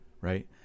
right